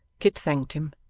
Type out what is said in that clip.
kit thanked him,